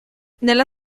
nella